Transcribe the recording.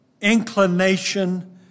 inclination